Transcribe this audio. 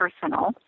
personal